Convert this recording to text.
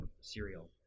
cereal